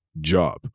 job